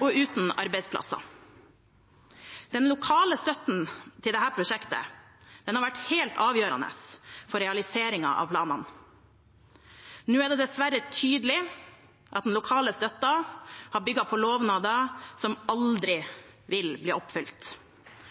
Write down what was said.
og uten arbeidsplasser? Den lokale støtten til dette prosjektet har vært helt avgjørende for realiseringen av planene. Nå er det dessverre tydelig at den lokale støtten har bygd på lovnader som aldri